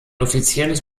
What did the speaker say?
offizielles